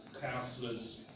councillors